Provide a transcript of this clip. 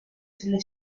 sulle